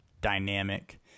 dynamic